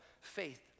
faith